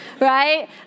right